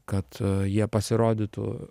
kad jie pasirodytų